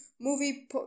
movie